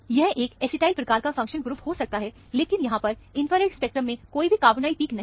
यह एक ऐसीटाइल प्रकार का फंक्शन ग्रुप हो सकता है लेकिन यहां पर इंफ्रारेड स्पेक्ट्रम में कोई भी कार्बोनाइल पिक नहीं है